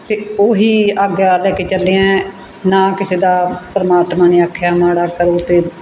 ਅਤੇ ਉਹ ਹੀ ਆਗਿਆ ਲੈ ਕੇ ਚੱਲੇ ਹਾਂ ਨਾ ਕਿਸੇ ਦਾ ਪਰਮਾਤਮਾ ਨੇ ਆਖਿਆ ਮਾੜਾ ਕਰੋ ਅਤੇ